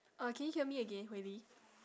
uh can you hear me again hui li